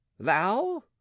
thou